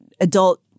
adult